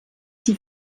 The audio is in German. die